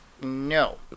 No